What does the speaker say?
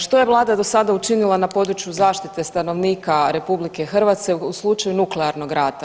Što je Vlada do sada učinila na području zaštite stanovnika RH u slučaju nuklearnog rata?